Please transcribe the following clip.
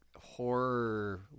horror